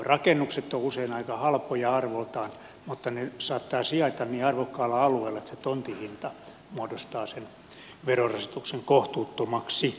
rakennukset ovat usein aika halpoja arvoltaan mutta ne saattavat sijaita niin arvokkaalla alueella että se tontin hinta muodostaa sen verorasituksen kohtuuttomaksi